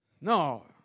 No